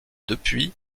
depuis